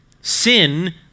sin